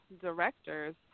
directors